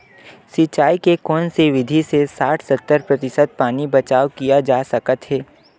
सिंचाई के कोन से विधि से साठ सत्तर प्रतिशत पानी बचाव किया जा सकत हे?